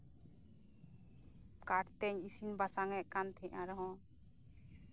ᱠᱟᱴᱷ ᱛᱤᱧ ᱤᱥᱤᱱ ᱵᱟᱥᱟᱝᱮᱫ ᱠᱟᱱ ᱛᱟᱦᱮᱸᱜ ᱨᱮᱦᱚᱸ